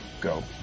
go